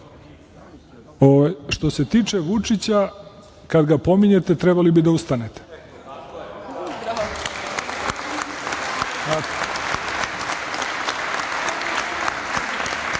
se tiče Vučića, kada ga pominjete, trebalo bi da ustanete.